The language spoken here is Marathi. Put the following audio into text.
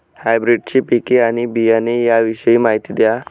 हायब्रिडची पिके आणि बियाणे याविषयी माहिती द्या